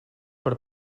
per